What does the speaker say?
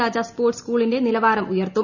രാജ sports സ്കൂളിന്റെ നിലവാരം ഉയർത്തും